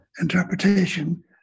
interpretation